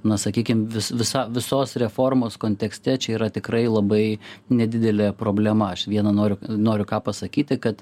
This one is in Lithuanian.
na sakykim vis visa visos reformos kontekste čia yra tikrai labai nedidelė problema aš viena noriu noriu ką pasakyti kad